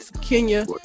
Kenya